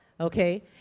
okay